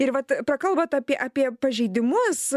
ir vat prakalbot apie apie pažeidimus